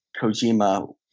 kojima